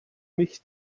mich